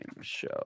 show